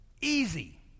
Easy